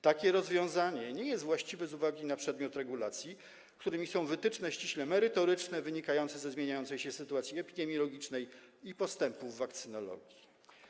Takie rozwiązanie nie jest właściwe z uwagi na przedmiot regulacji, którym są wytyczne ściśle merytoryczne, wynikające ze zmieniającej się sytuacji epidemiologicznej i postępów wakcynologii.